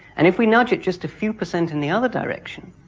and if we nudge it just a few percent in the other direction,